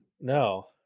No